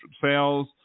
sales